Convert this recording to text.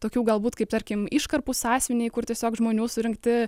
tokių galbūt kaip tarkim iškarpų sąsiuviniai kur tiesiog žmonių surinkti